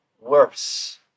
worse